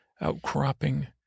outcropping